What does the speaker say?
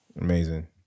Amazing